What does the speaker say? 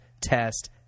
test